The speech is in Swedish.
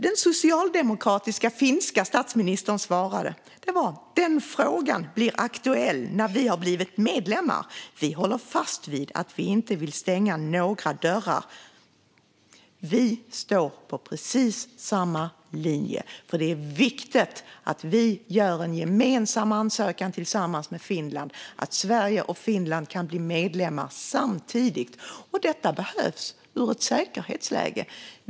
Den socialdemokratiska finländska statsministern svarade: Den frågan blir aktuell när vi har blivit medlemmar. Vi håller fast vid att vi inte vill stänga några dörrar. Vi står på precis samma linje, för det är viktigt att vi gör en gemensam ansökan tillsammans med Finland och att Sverige och Finland kan bli medlemmar samtidigt. Detta behövs med tanke på säkerhetsläget.